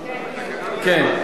אם כן,